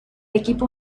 equipo